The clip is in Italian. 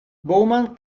bowman